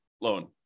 loan